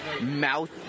mouth